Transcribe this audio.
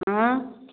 एँ